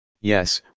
yes